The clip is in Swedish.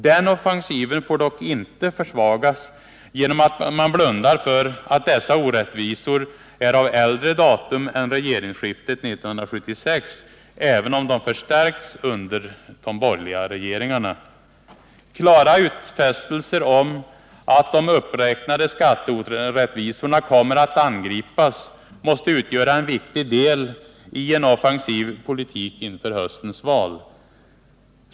Den offensiven får dock inte försvagas genom att man blundar för att dessa orättvisor är av äldre datum än regeringsskiftet 1976 — även om de förstärkts under de borgerliga regeringarna. Klara utfästelser om att de uppräknade skatteorättvisorna kommer att angripas måste utgöra en viktig del i en offensiv politik inför höstens val.